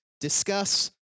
Discuss